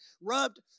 rubbed